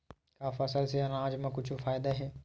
का फसल से आनाज मा कुछु फ़ायदा हे?